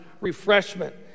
refreshment